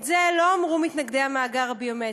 את זה לא אמרו מתנגדי המאגר הביומטרי.